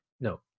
no